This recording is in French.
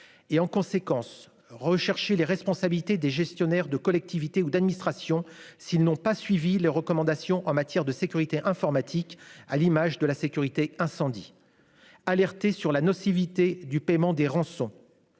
et en conséquence rechercher les responsabilités des gestionnaires de collectivité ou d'administration s'ils n'ont pas suivi les recommandations en matière de sécurité informatique, à l'image de la sécurité incendie alerter sur la nocivité du paiement des rançons,